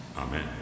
Amen